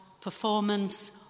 performance